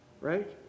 right